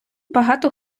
багато